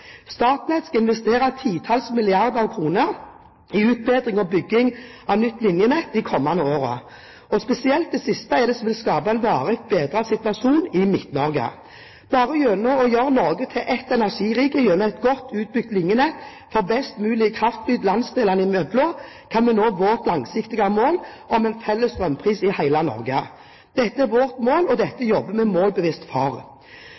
Statnett skal investere titalls milliarder av kroner i utbedring og bygging av nytt linjenett de kommende årene. Spesielt det siste er det som vil skape en varig bedre situasjon i Midt-Norge. Bare gjennom å gjøre Norge til ett energirike gjennom et godt utbygd linjenett for best mulig kraftflyt landsdelene imellom, kan vi nå vårt langsiktige mål om en felles strømpris i hele Norge. Dette er vårt mål, og